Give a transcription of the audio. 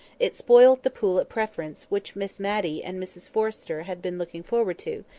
it spoilt the pool at preference which miss matty and mrs forrester had been looking forward to,